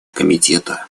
комитета